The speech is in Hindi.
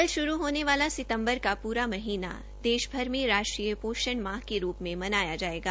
कल शुरू होने वाला सितंबर का पूरा महीना देशभर में राष्ट्रीय पोषण माह में रूप में मनाया जायेगा